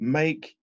make